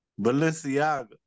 Balenciaga